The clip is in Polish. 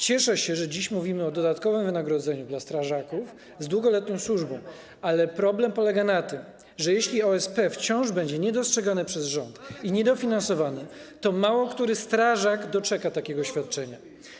Cieszę się, że dziś mówimy o dodatkowym wynagrodzeniu dla strażaków z długoletnią służbą, ale problem polega na tym, że jeśli OSP wciąż będzie niedostrzegane przez rząd i niedofinansowane, to mało który strażak doczeka takiego świadczenia.